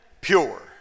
pure